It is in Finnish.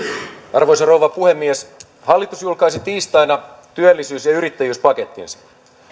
arvoisa rouva puhemies hallitus julkaisi tiistaina työllisyys ja yrittäjyyspakettinsa